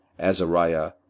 Azariah